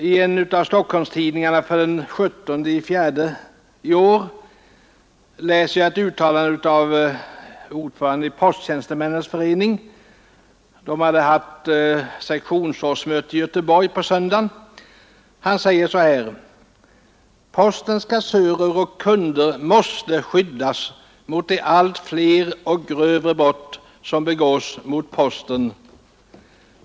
I en av Stockholmstidningarna av den 17 april i år läste jag följande uttalande av ordföranden i Posttjänstemännens förening, där man på söndagen hade haft sektionsårsmöte i Göteborg: ”Postens kassörer och kunder måste skyddas mot de allt fler och grövre brott som begås mot posten.